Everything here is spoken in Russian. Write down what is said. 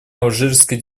алжирской